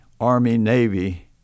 Army-Navy